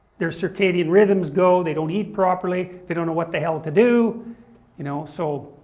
their circadian rhythms go, they don't eat properly, they don't know what the hell to do you know, so